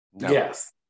Yes